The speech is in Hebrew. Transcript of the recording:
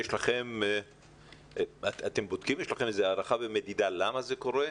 יש לכם איזו הערכה ומדידה למה זה קרה.